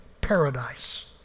paradise